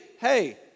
hey